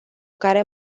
care